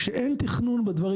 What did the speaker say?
שאין תכנון בדברים